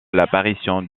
l’apparition